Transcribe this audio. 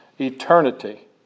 eternity